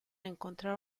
encontrar